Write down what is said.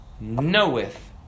knoweth